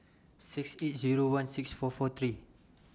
six eight Zero one six four four three